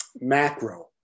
macro